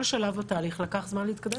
כל שלב בתהליך לקח זמן להתקדם.